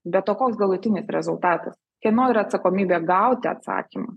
bet o koks galutinis rezultatas kieno yra atsakomybė gauti atsakymą